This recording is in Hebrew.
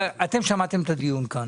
שמעתם את הדיון כאן.